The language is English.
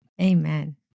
Amen